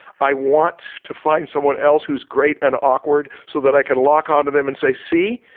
i want to find someone else who's great and awkward so that i can lock on to them and say see,